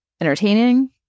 entertaining